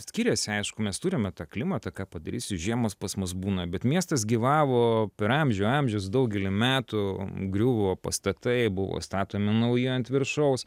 skiriasi aišku mes turime tą klimatą ką padarysi žiemos pas mus būna bet miestas gyvavo per amžių amžius daugelį metų griuvo pastatai buvo statomi nauji ant viršaus